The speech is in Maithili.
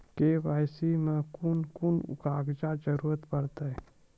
के.वाई.सी मे कून कून कागजक जरूरत परतै?